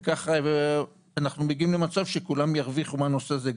ככה אנחנו מגיעים למצב שכולם ירוויחו מהנושא הזה: